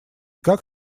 как